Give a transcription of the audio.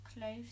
clothes